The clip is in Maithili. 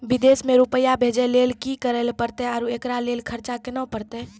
विदेश मे रुपिया भेजैय लेल कि करे परतै और एकरा लेल खर्च केना परतै?